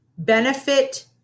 benefit